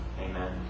Amen